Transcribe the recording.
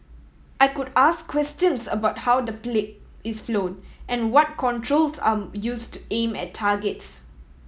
I could ask questions about how the plane is flowed and what controls are used aim at targets